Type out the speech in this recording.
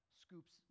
scoops